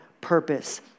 purpose